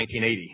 1980